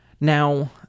Now